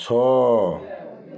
ଛଅ